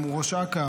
היום הוא ראש אכ"א,